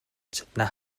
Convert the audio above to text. чадна